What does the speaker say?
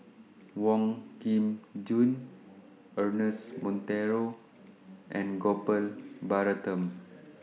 Wong Kin Jong Ernest Monteiro and Gopal Baratham